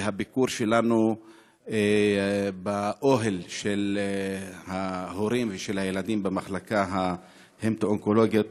ובביקור שלנו באוהל של ההורים והילדים במחלקה ההמטו-אונקולוגית,